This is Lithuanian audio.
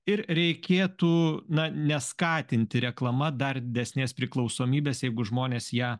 ir reikėtų na neskatinti reklama dar didesnės priklausomybės jeigu žmonės ją